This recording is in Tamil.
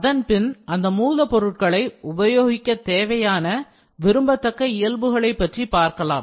அதன்பின் அந்த மூலப்பொருட்களை உபயோகிக்க தேவையான விரும்பத்தக்க இயல்புகளை பார்க்கலாம்